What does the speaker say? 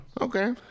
Okay